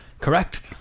correct